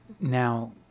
Now